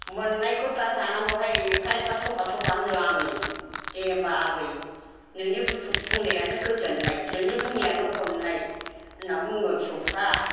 मोननायखौ दा जानांगौहाय एफा एफा सफा सफा होनदों आङो दे होनबा आबै नोंनि बुंनायानो गोजोननाय नोंनि बुंनायानो अननाय होनना बुङो फिसौफ्रा